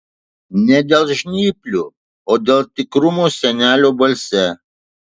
ne dėl žnyplių o dėl tikrumo senelio balse